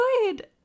good